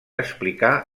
explicar